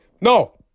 no